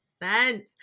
percent